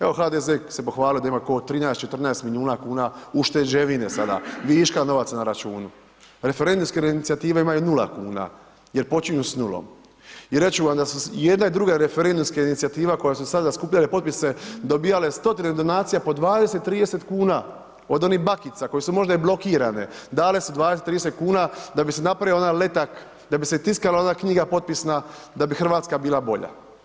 Evo, HDZ će se pohvalit da ima oko 13, 14 milijuna kuna ušteđevine sada, viška novaca na računu, referendumske inicijative imaju 0,00 kn jer počinju s nulom i reći ću vam da se i jedna i druga referendumska inicijativa koje su sada skupljale potpisale dobijale stotine donacija po 20, 30 kuna, od onih bakica koje su možda i blokirane, dale su 20, 30 kuna da bi se napravio onaj letak, da bi se tiskala ona knjiga potpisna da bi RH bila bolja.